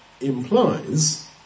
implies